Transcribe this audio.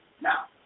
Now